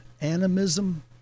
animism